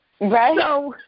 Right